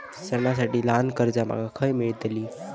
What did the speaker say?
सणांसाठी ल्हान कर्जा माका खय मेळतली?